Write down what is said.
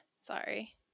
Sorry